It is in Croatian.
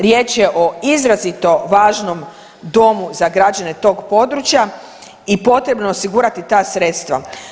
Riječ je o izrazito važnom domu za građane tog područja i potrebno je osigurati ta sredstva.